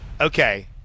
Okay